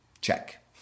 Check